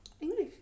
English